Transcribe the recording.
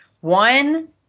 One